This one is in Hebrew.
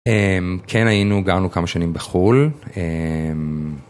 כן היינו, גרנו כמה שנים בחול.